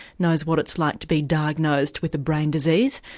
knows what it's like to be diagnosed with a brain disease,